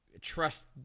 trust